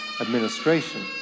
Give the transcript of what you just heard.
administration